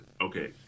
Okay